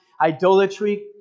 Idolatry